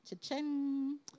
Cha-ching